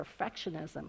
perfectionism